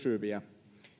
pysyviä